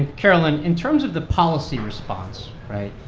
and caroline, in terms of the policy response right?